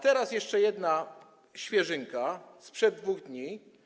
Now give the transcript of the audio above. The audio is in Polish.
Teraz jeszcze jedna świeżynka, sprzed 2 dni.